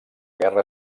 guerra